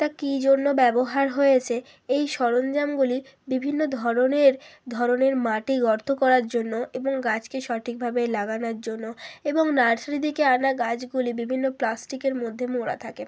তা কী জন্য ব্যবহার হয়েছে এই সরঞ্জামগুলি বিভিন্ন ধরনের ধরনের মাটির গর্ত করার জন্য এবং গাছকে সঠিকভাবে লাগানোর জন্য এবং নার্সারি থেকে আনা বিভিন্ন গাছগুলি বিভিন্ন প্লাস্টিকের মধ্যে মোড়া থাকে